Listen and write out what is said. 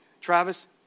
Travis